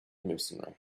mercenary